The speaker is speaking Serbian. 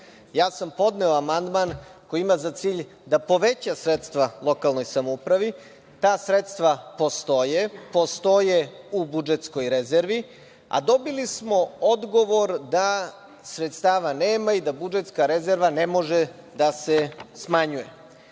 sam amandman koji ima za cilj da poveća sredstva lokalnoj samoupravi. Ta sredstva postoje u budžetskoj rezervi, a dobili smo odgovor da sredstava nema i da budžetska rezerva ne može da se smanjuje.